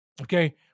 Okay